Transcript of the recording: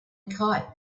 kite